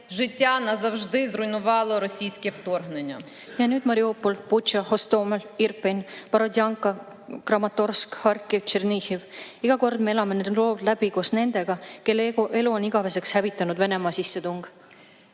Nüüd Mariupol, Butša, Hostomel, Irpin, Borodjanka, Kramatorsk, Harkiv, Tšernihiv – iga kord me elame need lood läbi koos nendega, kelle elu on igaveseks hävitanud Venemaa sissetung.